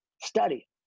study